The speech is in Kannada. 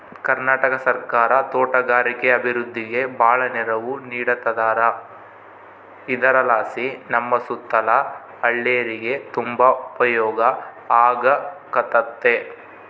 ಕರ್ನಾಟಕ ಸರ್ಕಾರ ತೋಟಗಾರಿಕೆ ಅಭಿವೃದ್ಧಿಗೆ ಬಾಳ ನೆರವು ನೀಡತದಾರ ಇದರಲಾಸಿ ನಮ್ಮ ಸುತ್ತಲ ಹಳ್ಳೇರಿಗೆ ತುಂಬಾ ಉಪಯೋಗ ಆಗಕತ್ತತೆ